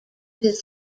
his